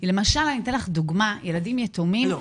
למשל, אני אתן לך דוגמה ילדים יתומים --- לא.